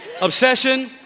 Obsession